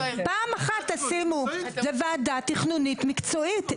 זו וועדה תכנונית מקצועית.